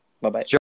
Bye-bye